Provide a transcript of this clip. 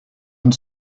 and